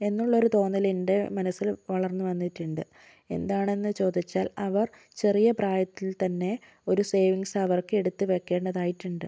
എന്നുള്ള ഒരു തോന്നൽ എൻ്റെ മനസ്സിൽ വളർന്നു വന്നിട്ടുണ്ട് എന്താണെന്ന് ചോദിച്ചാൽ അവർ ചെറിയ പ്രായത്തിൽ തന്നെ ഒരു സേവിങ്സ് അവർക്ക് എടുത്തു വെയ്ക്കേണ്ടതായിട്ടുണ്ട്